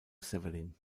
severin